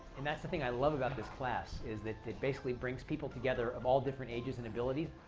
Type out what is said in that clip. and that's the thing i love about this class is that it basically brings people together of all different ages and abilities,